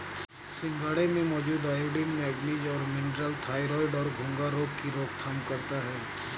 सिंघाड़े में मौजूद आयोडीन, मैग्नीज जैसे मिनरल्स थायरॉइड और घेंघा रोग की रोकथाम करता है